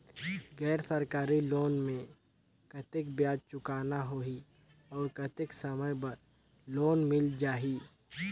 गैर सरकारी लोन मे कतेक ब्याज चुकाना होही और कतेक समय बर लोन मिल जाहि?